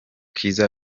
kizza